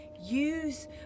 use